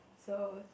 so